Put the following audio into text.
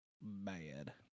bad